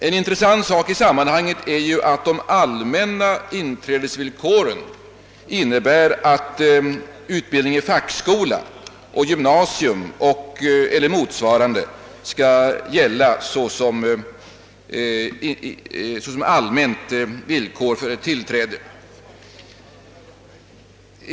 En intressant sak i detta sammanhang är att de allmänna inträdesvillkoren innebär att utbildning i fackskola, gymnasium eller motsvarande skall gälla såsom allmänt villkor för inträde.